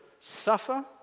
suffer